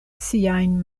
siajn